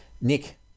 Nick